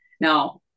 Now